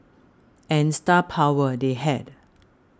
and star power they had